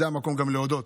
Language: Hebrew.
זה המקום גם להודות